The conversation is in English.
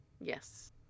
Yes